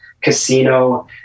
casino